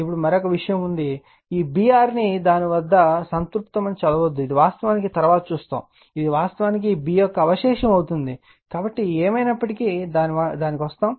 ఇప్పుడు మరియు ఒక విషయం ఉంది ఈ Br దాని వద్ద సంతృప్తమని చదవద్దు ఇది వాస్తవానికి తరువాత చూస్తాము ఇది వాస్తవానికి B అవశేషం అవుతుంది కాబట్టి ఏమైనప్పటికీ దానికి వస్తాము